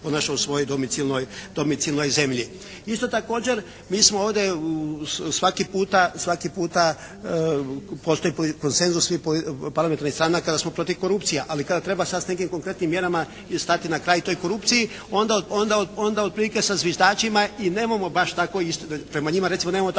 u svojoj domicilnoj zemlji. Isto također mi smo ovdje svaki puta, postoji konsenzus parlamentarnih stranaka da smo protiv korupcija. Ali kada treba …/Govornik se ne razumije./… sa nekim konkretnim mjerama i stati na kraj toj korupciji, onda otprilike sa zviždačima i nemamo baš tako, prema njima recimo nemamo tako